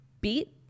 beat